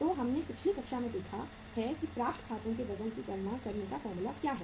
तो हमने पिछली कक्षा में देखा है कि प्राप्त खातों के वजन की गणना करने का फार्मूला क्या है